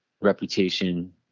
reputation